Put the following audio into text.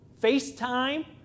FaceTime